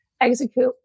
execute